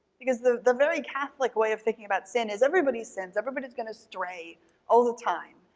because the the very catholic way of thinking about sin is everybody sins, everybody's gonna stray all the time.